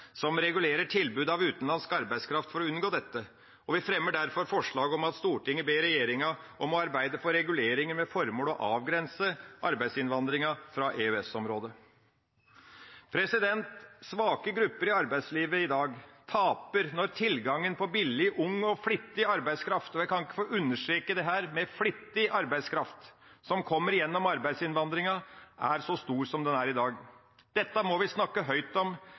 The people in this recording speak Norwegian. som regulerer tilbudet av utenlandsk arbeidskraft, og vi fremmer derfor forslag om at Stortinget ber regjeringa om å arbeide for reguleringer med formål å avgrense arbeidsinnvandringa fra EØS-området. Svake grupper i arbeidslivet i dag taper når tilgangen på billig, ung og flittig arbeidskraft – og jeg kan ikke få understreket nok dette med flittig arbeidskraft – som kommer gjennom arbeidsinnvandringa, er så stor som den er i dag. Dette må vi snakke høyt om.